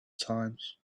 times